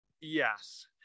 Yes